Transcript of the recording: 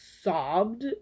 sobbed